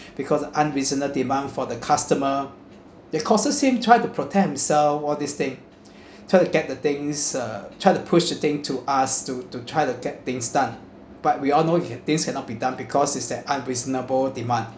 because unreasonable demand for the customer it causes him try to protect himself all this thing to get the things uh try to push the thing to us to to try to get things done but we all know that things cannot be done because it's an unreasonable demand